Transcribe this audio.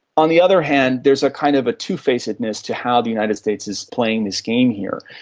on the other hand there is a kind of a two-facedness to how the united states is playing this game here.